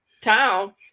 town